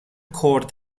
کرد